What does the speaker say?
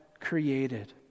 created